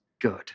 good